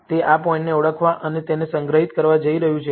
તે આ પોઇન્ટને ઓળખવા અને તેને સંગ્રહિત કરવા જઈ રહ્યું છે